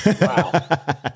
wow